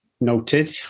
Noted